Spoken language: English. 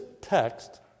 text